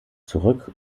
zurück